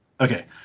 Okay